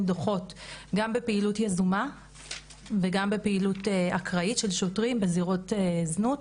דוחות גם בפעילות יזומה וגם בפעילות אקראית של שוטרים בזירות זנות,